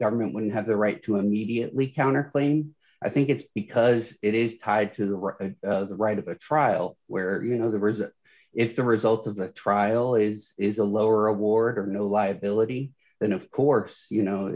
government wouldn't have the right to immediately counterclaim i think it's because it is tied to the right of the right of a trial where you know the reason if the result of the trial is is a lower award or no liability then of course you know